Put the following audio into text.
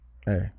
Hey